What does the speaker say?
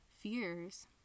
fears